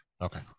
Okay